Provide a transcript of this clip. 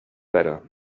better